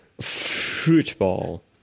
Football